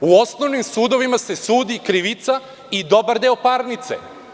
U osnovnim sudovima se sudi krivica i dobar deo parnice.